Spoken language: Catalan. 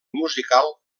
musical